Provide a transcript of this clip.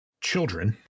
children